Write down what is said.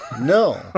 No